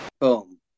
Boom